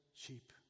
cheap